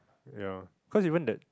ya cause even that